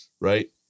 right